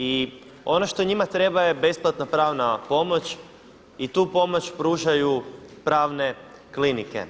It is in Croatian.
I ono što njima treba je besplatna pravna pomoć i tu pomoć pružaju pravne klinike.